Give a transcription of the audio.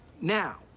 now